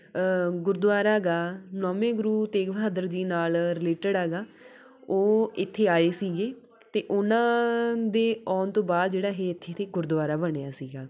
ਗੁਰਦੁਆਰਾ ਹੈਗਾ ਨੌਵੇਂ ਗੁਰੂ ਤੇਗ ਬਹਾਦਰ ਜੀ ਨਾਲ ਰਿਲੇਟਡ ਹੈਗਾ ਉਹ ਇੱਥੇ ਆਏ ਸੀਗੇ ਅਤੇ ਉਹਨਾਂ ਦੇ ਆਉਣ ਤੋਂ ਬਾਅਦ ਜਿਹੜਾ ਇਹ ਇੱਥੇ ਤੇ ਗੁਰਦੁਆਰਾ ਬਣਿਆ ਸੀਗਾ